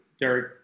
Derek